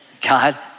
God